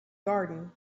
garden